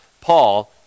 Paul